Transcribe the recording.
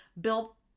Bill